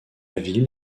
ville